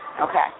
okay